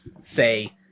say